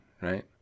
right